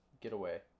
getaway